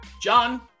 John